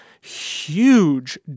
huge